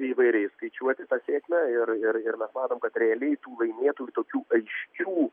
įvairiai skaičiuoti tą sėkmę ir ir ir mes matom kad realiai tų laimėtojų tokių aiškių